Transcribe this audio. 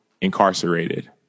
Incarcerated